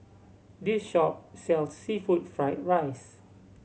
this shop sell seafood fried rice